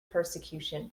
persecution